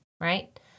right